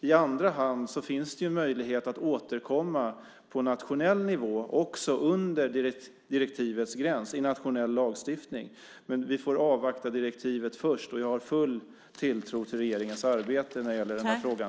I andra hand finns det ju möjlighet att återkomma på nationell nivå också under direktivets gräns, i nationell lagstiftning. Men vi får avvakta direktivet först. Och jag har full tilltro till regeringens arbete när det gäller den här frågan.